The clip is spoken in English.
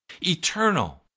Eternal